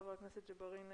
חבר הכנסת ג'בארין,